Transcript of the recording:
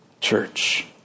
church